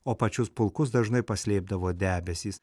o pačius pulkus dažnai paslėpdavo debesys